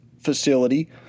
facility